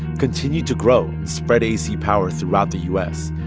continued to grow and spread ac power throughout the u s.